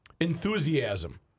enthusiasm